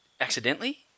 accidentally